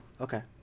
Okay